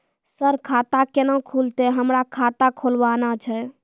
Sir खाता केना खुलतै, हमरा खाता खोलवाना छै?